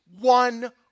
one